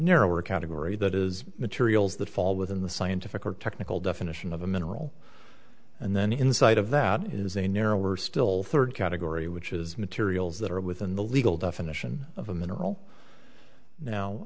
narrower category that is materials that fall within the scientific or technical definition of a mineral and then inside of that it is a narrower still third category which is materials that are within the legal definition of a mineral now